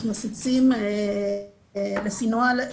אנחנו מפיצים לפי נוהל,